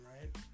right